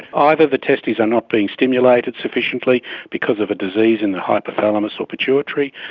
either the testes are not being stimulated sufficiently because of a disease in the hypothalamus or pituitary,